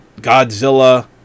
Godzilla